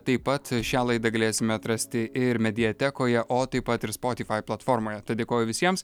taip pat šią laidą galėsime atrasti ir mediatekoje o taip pat ir spotifai platformoje tad dėkoju visiems